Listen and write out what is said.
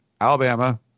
Alabama